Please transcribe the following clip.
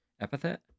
Epithet